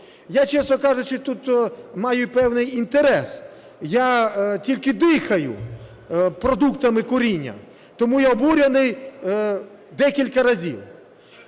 Я, чесно кажучи, тут маю певний інтерес. Я тільки дихаю продуктами куріння, тому я обурений декілька разів.